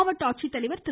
மாவட்ட ஆட்சித்தலைவர் திரு